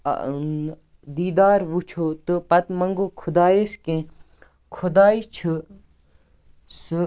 اَ ٲں دیدار وُچھو تہٕ پَتہٕ مَنگو خۄدایس کینٛہہ خۄداے چھِ سُہ